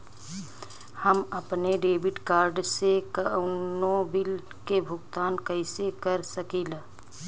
हम अपने debit card से कउनो बिल के भुगतान कइसे कर सकीला?